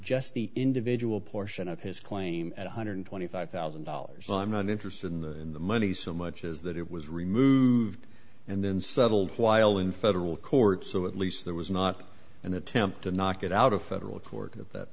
just the individual portion of his claim at one hundred and twenty five thousand dollars i'm not interested in the money so much as that it was removed and then settled while in federal court so at least there was not an attempt to knock it out of federal court at that